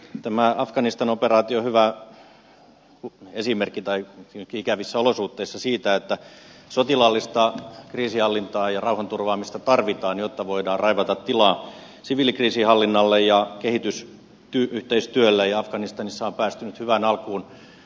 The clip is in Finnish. tämä afganistan operaatio on hyvä esimerkki hyvinkin ikävissä olosuhteissa siitä että sotilaallista kriisinhallintaa ja rauhanturvaamista tarvitaan jotta voidaan raivata tilaa siviilikriisinhallinnalle ja kehitysyhteistyölle ja afganistanissahan on päästy nyt hyvään alkuun